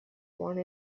one